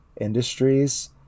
Industries